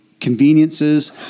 conveniences